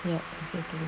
no okay okay